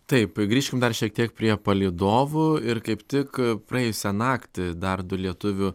taip grįškim dar šiek tiek prie palydovų ir kaip tik praėjusią naktį dar du lietuvių